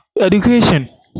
education